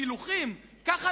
פילוחים.